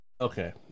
Okay